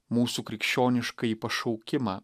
mūsų krikščioniškąjį pašaukimą